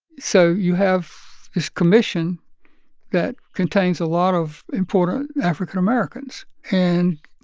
so you have this commission that contains a lot of important african americans. and,